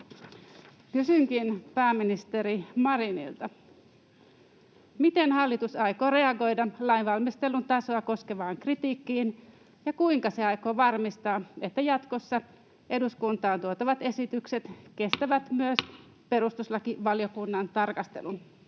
Kysynkin pääministeri Marinilta: miten hallitus aikoo reagoida lainvalmistelun tasoa koskevaan kritiikkiin, ja kuinka se aikoo varmistaa, että jatkossa eduskuntaan tuotavat esitykset kestävät myös perustuslakivaliokunnan tarkastelun?